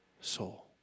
soul